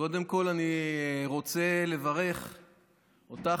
קודם כול אני רוצה לברך אותך,